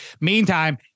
Meantime